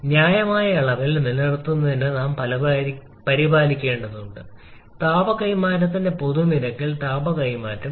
ന്യായമായ അളവിൽ നിലനിർത്തുന്നതിന് നാം പരിപാലിക്കേണ്ടതുണ്ട് താപ കൈമാറ്റത്തിന്റെ പൊതുനിരക്കിൽ താപ കൈമാറ്റം